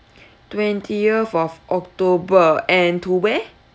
twentieth of october and to where